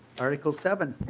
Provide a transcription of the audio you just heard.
article seven.